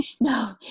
No